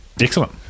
Excellent